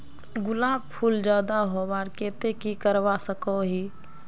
गुलाब फूल ज्यादा होबार केते की करवा सकोहो ही?